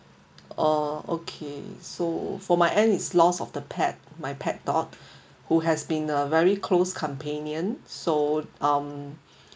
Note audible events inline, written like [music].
orh okay so for my end is loss of the pet my pet dog [breath] who has been a very closed companion so um